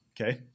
okay